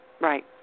right